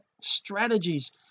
strategies